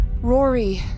Rory